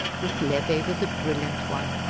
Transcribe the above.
this levee was a brilliant one,